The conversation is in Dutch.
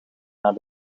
naar